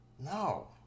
No